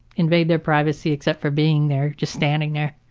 invade their privacy except for being there just standing there,